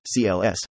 CLS